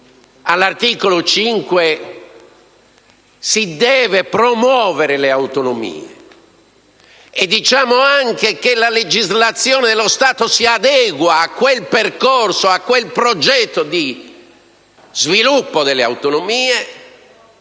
all'articolo 5, che si devono promuovere le autonomie e diciamo anche che la legislazione e lo Stato si adeguano a quel percorso e a quel progetto di sviluppo delle autonomie,